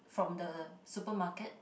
from the supermarket